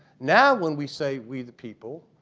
now when we say we the people,